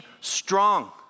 strong